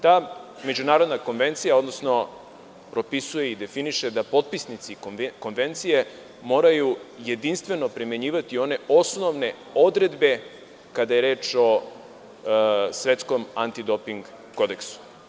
Ta Međunarodna konvencija propisuje i definiše da potpisnici Konvencije moraju jedinstveno primenjivati one osnovne odredbe kada je reč o Svetskom antidoping kodeksu.